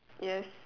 yes